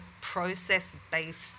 process-based